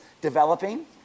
developing